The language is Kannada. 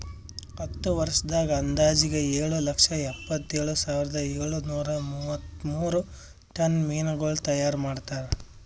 ಹತ್ತು ವರ್ಷದಾಗ್ ಅಂದಾಜಿಗೆ ಏಳು ಲಕ್ಷ ಎಪ್ಪತ್ತೇಳು ಸಾವಿರದ ಏಳು ನೂರಾ ಮೂವತ್ಮೂರು ಟನ್ ಮೀನಗೊಳ್ ತೈಯಾರ್ ಮಾಡ್ತಾರ